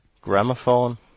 Gramophone